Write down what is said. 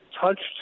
touched